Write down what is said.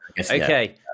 Okay